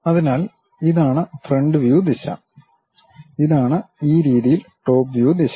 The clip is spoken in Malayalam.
അതിനാൽ ഇതാണ് ഫ്രണ്ട് വ്യൂ ദിശ ഇതാണ് ഈ രീതിയിൽ ടോപ്പ് വ്യൂ ദിശ